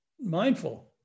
mindful